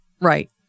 Right